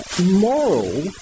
moral